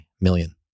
million